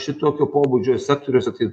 šitokio pobūdžio sektoriuose kaip